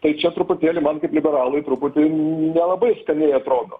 tai čia truputėlį man kaip liberalui truputį nelabai skaniai atrodo